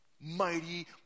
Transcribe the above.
mighty